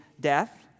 death